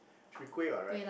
should be kueh what right